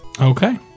Okay